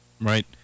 Right